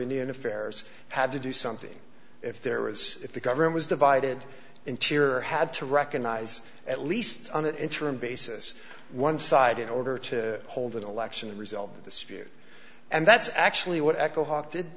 indian affairs had to do something if there was if the government was divided interior had to recognize at least on an interim basis one side in order to hold an election result of the spirit and that's actually what echo h